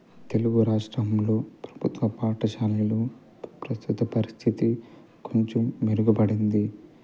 తెలుగు రాష్ట్రంలో ప్రభుత్వ పాఠశాలలు ప్రస్తుత పరిస్థితి కొంచెం మెరుగుపడింది